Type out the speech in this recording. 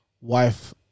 wife